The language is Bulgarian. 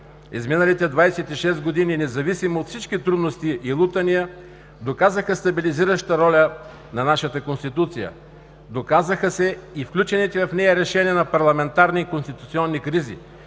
Изминалите 26 години, независимо от всички трудности и лутания, доказаха стабилизиращата роля на нашата Конституция, доказаха се и включените в нея решения на парламентарни и конституционни кризи.